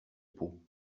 peau